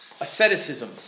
Asceticism